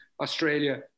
Australia